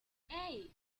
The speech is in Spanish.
hey